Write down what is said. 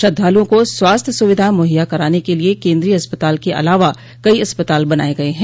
श्रद्धालुओं को स्वास्थ्य सुविधाएं मुहैया कराने के लिये केन्द्रीय अस्पताल के अलावा कई अस्पताल बनाये गये हैं